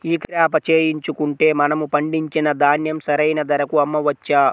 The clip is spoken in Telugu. ఈ క్రాప చేయించుకుంటే మనము పండించిన ధాన్యం సరైన ధరకు అమ్మవచ్చా?